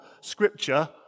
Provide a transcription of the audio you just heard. Scripture